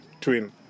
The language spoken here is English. twin